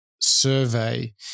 survey